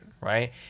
right